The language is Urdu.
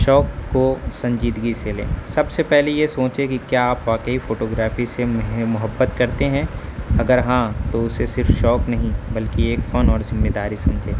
شوق کو سنجیدگی سے لیں سب سے پہلے یہ سوچیں کہ کیا آپ واقعی فوٹوگرافی سے محبت کرتے ہیں اگر ہاں تو اسے صرف شوق نہیں بلکہ ایک فن اور ذمہ داری سمجھیں